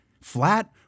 flat